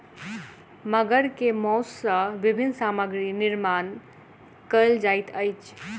मगर के मौस सॅ विभिन्न सामग्री निर्माण कयल जाइत अछि